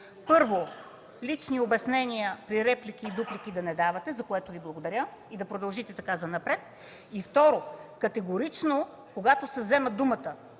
Първо, лични обяснения за реплики и дуплики да не давате, за което Ви благодаря и да продължите така занапред. И второ, категорично когато се взема думата